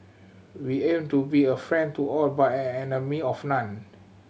we aim to be a friend to all but an enemy of none